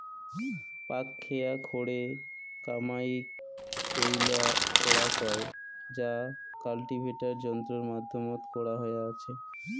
পাকখেয়া খোরে কামাইয়ক পৈলা খোরা কয় যা কাল্টিভেটার যন্ত্রর মাধ্যমত করা হয়া আচে